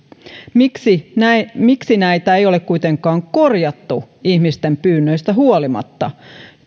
miksi näitä ei ole kuitenkaan korjattu ihmisten pyynnöistä huolimatta